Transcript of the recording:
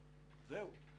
זהו,